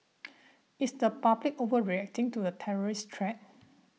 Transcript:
is the public overreacting to the terrorist threat